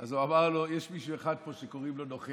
אז הוא אמר לו: יש מישהו אחד פה שקוראים לו נוכל,